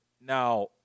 now